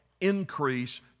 increase